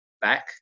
back